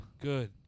Good